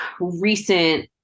recent